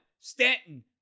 Stanton